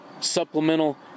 supplemental